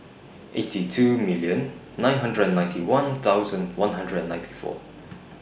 eighty two million nine hundred and ninety one thousand one hundred and ninety four